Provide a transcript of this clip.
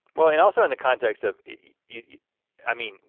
well and also in the context of, yeah i mean,